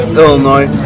illinois